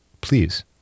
Please